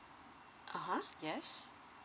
uh yes